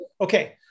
Okay